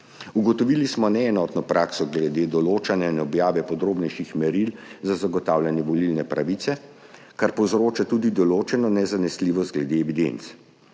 Ugotovili smo neenotno prakso glede določanja in objave podrobnejših meril za zagotavljanje volilne pravice, kar povzroča tudi določeno nezanesljivost glede evidenc.